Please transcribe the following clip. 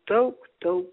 daug daug